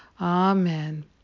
Amen